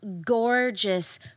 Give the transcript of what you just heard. gorgeous